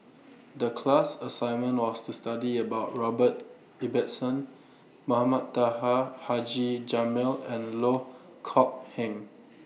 The class assignment was to study about Robert Ibbetson Mohamed Taha Haji Jamil and Loh Kok Heng